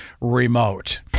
remote